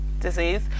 disease